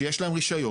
שיש להם רישיון,